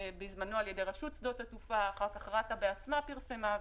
בזמנו על ידי רשות שדות התעופה ואחר כך רת"א בעצמה פרסמה.